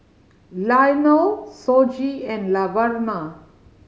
Leonel Shoji and Laverna